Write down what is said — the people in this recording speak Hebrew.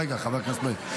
רגע, חבר הכנסת מאיר.